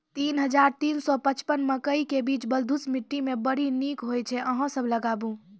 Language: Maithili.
तीन हज़ार तीन सौ पचपन मकई के बीज बलधुस मिट्टी मे बड़ी निक होई छै अहाँ सब लगाबु?